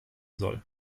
soll